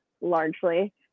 largely